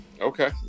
Okay